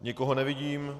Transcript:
Nikoho nevidím.